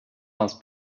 hans